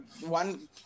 one